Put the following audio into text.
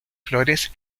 flores